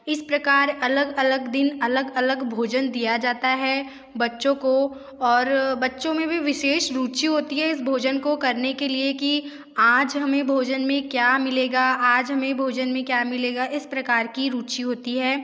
इस प्रकार अलग अलग दिन अलग अलग भोजन दिया जाता है बच्चों को और बच्चों में भी विशेष रुचि होती है इस भोजन को करने के लिए कि आज हमें भोजन में क्या मिलेगा आज हमें भोजन में क्या मिलेगा इस प्रकार की रुचि होती है